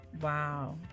Wow